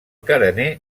carener